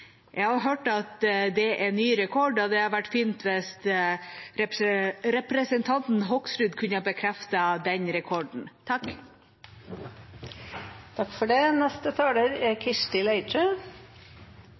Jeg har hørt at det er ny rekord, og det hadde vært fint hvis representanten Hoksrud kunne bekreftet den rekorden. Representanten Arne Nævra tar opp noe som er ganske viktig. For Arbeiderpartiet er det